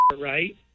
right